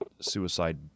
suicide